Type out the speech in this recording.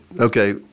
Okay